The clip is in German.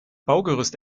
baugerüst